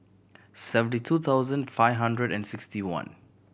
seventy two thousand five hundred and sixty one